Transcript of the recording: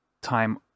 time